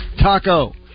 Taco